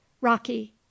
rocky